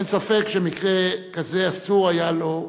אין ספק שמקרה כזה אסור היה לו לקרות.